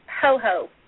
ho-ho